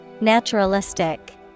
Naturalistic